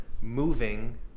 moving